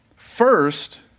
First